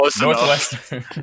Northwestern